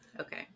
okay